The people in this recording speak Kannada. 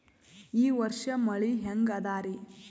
ಈ ವರ್ಷ ಮಳಿ ಹೆಂಗ ಅದಾರಿ?